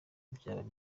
ibyabaye